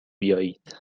بیایید